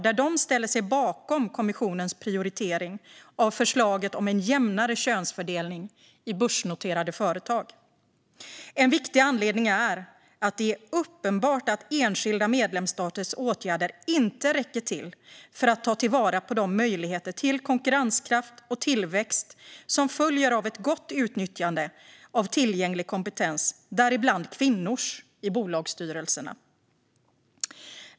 Där ställer de sig bakom kommissionens prioritering av förslaget om en jämnare könsfördelning i börsnoterade företag. En viktig anledning är att det är uppenbart att enskilda medlemsstaters åtgärder inte räcker till för att ta till vara de möjligheter till konkurrenskraft och tillväxt som följer av ett gott utnyttjande av tillgänglig kompetens, däribland kvinnors, i bolagsstyrelserna.